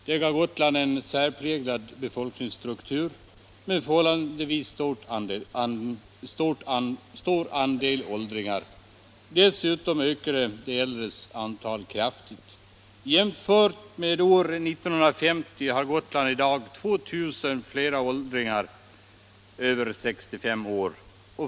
Detta gav Gotland en särpräglad befolkningsstruktur med en förhållandevis stor andel åldringar. Dessutom ökar de äldres antal kraftigt. Jämfört med år 1950 har Gotland i dag 2 000 fler åldringar över 65 år.